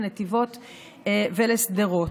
לנתיבות ולשדרות.